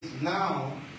now